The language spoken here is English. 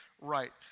right